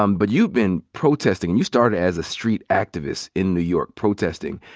um but you've been protesting. and you started as a street activist in new york protesting.